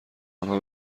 آنها